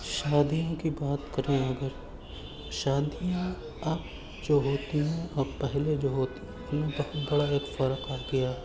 شادیوں کی بات کریں اگر شادیاں اب جو ہوتی ہیں اور پہلے جو ہوتی ان میں بہت بڑا ایک فرق آ گیا